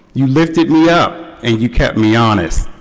you lifted me up and you kept me honest,